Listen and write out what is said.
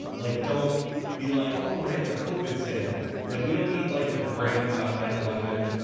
like don't be like, oh, we're having a covid sale. like, we don't need like the brands on nine eleven,